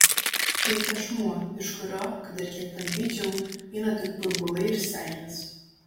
tai tešmuo iš kurio kad ir kiek tampyčiau eina tik burbulai ir seilės